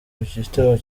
gitego